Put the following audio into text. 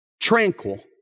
Tranquil